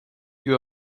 you